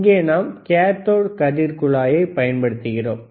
இங்கே நாம் கேத்தோடு கதிர் குழாயைப் பயன்படுத்துகிறோம்